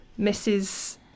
Mrs